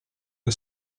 che